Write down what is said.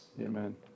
Amen